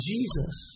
Jesus